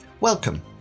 Welcome